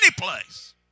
anyplace